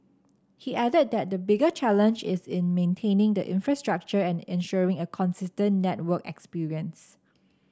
he added that the bigger challenge is in maintaining the infrastructure and ensuring a consistent network experience